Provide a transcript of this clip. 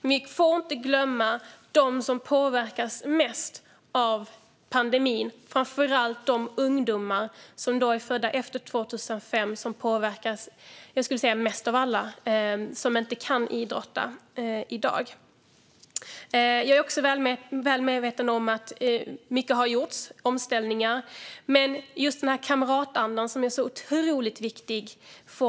Vi får dock inte glömma dem som påverkas mest av pandemin - framför allt de ungdomar som är födda efter 2005, som jag skulle säga påverkas mest av alla och som inte kan idrotta i dag. Jag är väl medveten om att mycket har gjorts när det gäller omställningar, men vi får inte glömma bort kamratandan, som är så otroligt viktig.